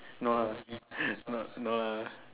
no lah no no lah